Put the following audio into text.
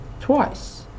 twice